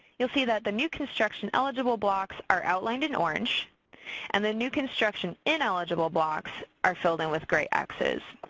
you'll see that the new construction eligible blocks are outlined in orange and the new construction ineligible blocks are filled in with grey x's.